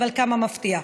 אבל כמה מפתיע.